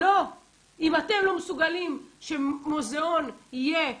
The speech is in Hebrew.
אם אתם לא מסוגלים שמוזיאון יהיה נגיש,